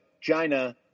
China